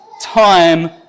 time